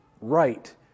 right